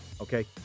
Okay